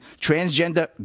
transgender